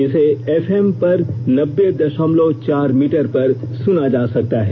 इसे F M पर नब्बे दशमलव चार मीटर पर सुना जा सकता है